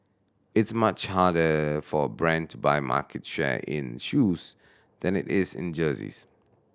it's much harder for a brand to buy market share in shoes than it is in jerseys